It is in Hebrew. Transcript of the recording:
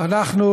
אנחנו